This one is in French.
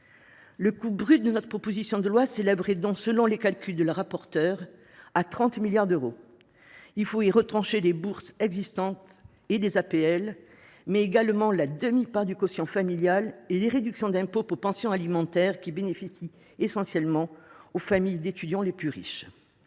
contenues dans notre proposition de loi s’élèverait donc, selon les calculs de la rapporteure, à 30 milliards d’euros. Il faut y retrancher les bourses existantes et les aides personnalisées au logement (APL), mais également la demi part de quotient familial et les réductions d’impôt pour pensions alimentaires, lesquelles bénéficient essentiellement aux familles d’étudiants les plus riches.